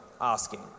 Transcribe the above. asking